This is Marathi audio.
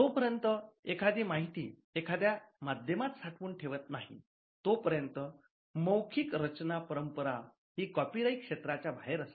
जोपर्यंत एखादी माहिती एखाद्या माध्यमात साठवून ठेवत नाही तोपर्यंत मौखिक रचना परंपरा ही कॉपीराइटच्या क्षेत्राच्या बाहेर असते